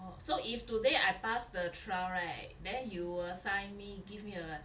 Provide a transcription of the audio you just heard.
orh so if today I passed the trial right then you assign me give me a